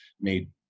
Made